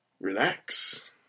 Relax